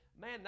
Man